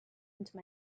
into